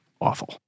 awful